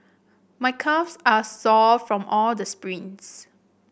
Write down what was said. my calves are sore from all the sprints